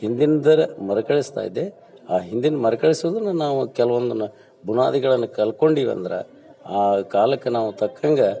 ಹಿಂದಿಂದರ ಮರಕಳಿಸ್ತಾ ಇದೆ ಆ ಹಿಂದಿನ ಮರುಕಳಿಸುದನ್ನು ನಾವು ಕೆಲವೊಂದನ್ನು ಬುನಾದಿಗಳನ್ನು ಕಲ್ತ್ಕೊಂಡಿವ್ ಅಂದ್ರೆ ಆ ಕಾಲಕ್ಕೆ ನಾವು ತಕ್ಕಂಗೆ